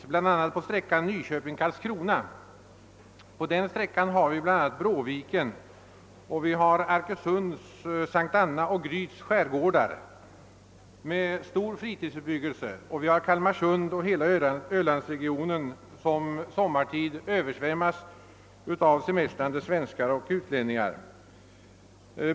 Det gäller exempelvis för sträckan Nyköping—Karlskrona. Där finns t.ex. Bråviken och Arkösunds, S:t Annas och Gryts skärgårdar med stor fritidsbebyggelse och där finns vidare Kalmarsund och hela Ölandsregionen som sommartid översvämmas av semestrande svenskar och utlänningar.